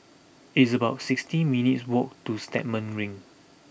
it's about sixty minutes' walk to Stagmont Ring